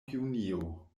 junio